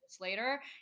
later